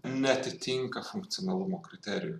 neatitinka funkcionalumo kriterijų